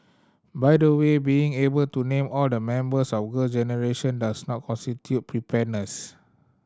by the way being able to name all the members of Girl Generation does not constitute preparedness